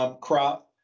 crop